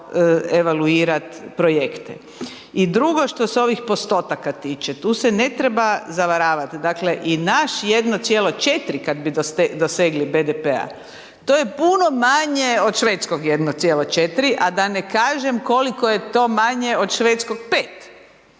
pravo evaluirati projekte. I drugo što se ovih postotaka tiče, tu se ne treba zavaravati. Dakle i naš 1,4 kad bi dosegli BDP-a to je puno manje od švedskog 1,4 a da ne kažem koliko je to manje od švedskog 5.